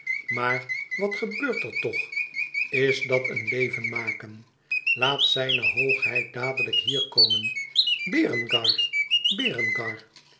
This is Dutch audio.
maar wat gebeurt er toch is dat een leven maken laat zijne hoogheid dadelijk hier komen berengar berengar